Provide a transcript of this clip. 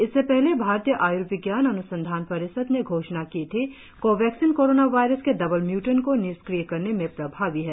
इससे पहले भारतीय आय्र्विज्ञान अन्संधान परिषद ने घोषणा की थी कोवैक्सीन कोरोना वायरस के डबल म्यूटेंट को निष्क्रिय करने में प्रभावी है